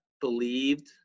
believed